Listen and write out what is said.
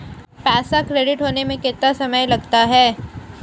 पैसा क्रेडिट होने में कितना समय लगता है?